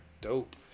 dope